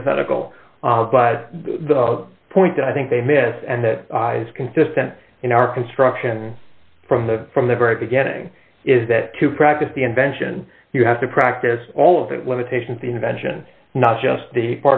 hypothetical but the point that i think they missed and that is consistent in our construction from the from the very beginning is that to practice the invention you have to practice all of it limitations the invention not just the